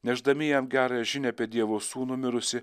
nešdami jam gerąją žinią apie dievo sūnų mirusį